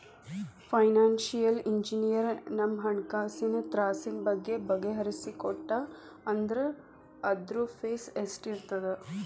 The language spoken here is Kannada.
ಫೈನಾನ್ಸಿಯಲ್ ಇಂಜಿನಿಯರಗ ನಮ್ಹಣ್ಕಾಸಿನ್ ತ್ರಾಸಿನ್ ಬಗ್ಗೆ ಬಗಿಹರಿಸಿಕೊಟ್ಟಾ ಅಂದ್ರ ಅದ್ರ್ದ್ ಫೇಸ್ ಎಷ್ಟಿರ್ತದ?